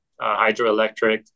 hydroelectric